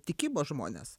tikybos žmonės